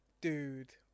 Dude